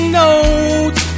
notes